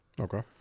Okay